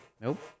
Nope